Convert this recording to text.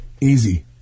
Easy